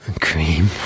Cream